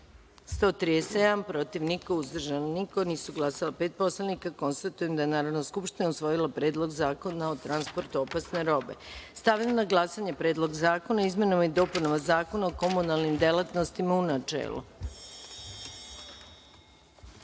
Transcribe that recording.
137, protiv – niko, uzdržanih – nema, nije glasalo pet poslanika. Konstatujem da je Narodna skupština usvojila Predlog zakona o transportu opasne robe. Stavljam na glasanje Predlog zakona o izmenama i dopunama Zakona o komunalnim delatnostima, u